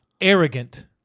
arrogant